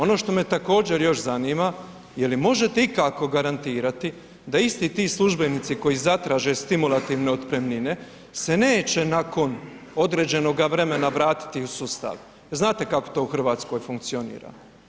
Ono što me također još zanima, jeli možete ikako garantirati da isti ti službenici koji zatraže stimulativne otpremnine se neće nakon određenog vremena vratiti u sustav, znate kako to u Hrvatskoj funkcionira.